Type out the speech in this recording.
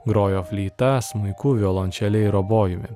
grojo fleita smuiku violončele ir obojumi